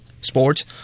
sports